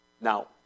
Now